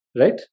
Right